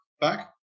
back